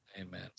Amen